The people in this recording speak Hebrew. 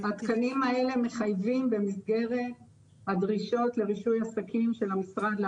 אלה תקנות של 12 עמודים או 15 עמודים.